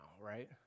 right